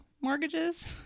mortgages